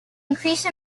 increase